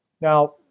Now